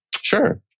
Sure